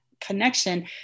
connection